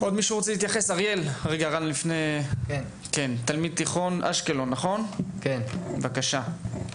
אריאל, תלמיד תיכון אשקלון, בבקשה.